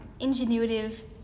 ingenuitive